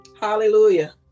Hallelujah